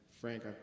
frank